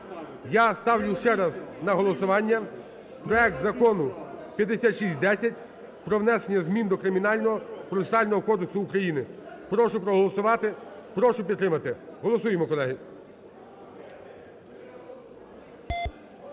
Я ставлю ще раз на голосування проект Закону (5610) про внесення змін до Кримінального процесуального кодексу України. Прошу проголосувати. Прошу підтримати. Голосуємо, колеги.